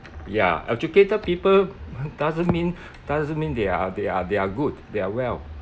ya educated people doesn't mean doesn't mean they are they are they are good they are well